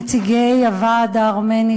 נציגי הוועד הארמני,